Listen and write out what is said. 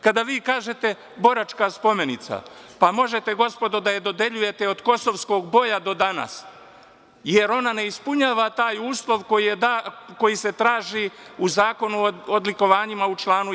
Kada vi kažete „Boračka spomenica“, pa možete gospodo da je dodeljujete od Kosovskog boja do danas, jer ona ne ispunjava taj uslov koji se traži u Zakonu o odlikovanjima u članu 11.